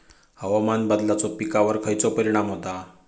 हवामान बदलाचो पिकावर खयचो परिणाम होता?